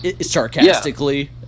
sarcastically